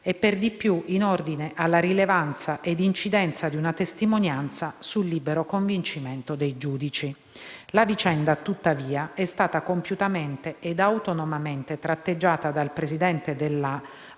e per di più in ordine alla rilevanza e incidenza di una testimonianza sul libero convincimento dei giudici. La vicenda, tuttavia, è stata compiutamente e autonomamente tratteggiata dal presidente